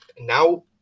now